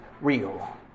real